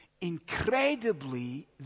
incredibly